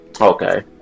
okay